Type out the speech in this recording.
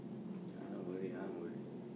you're not worried I'm worried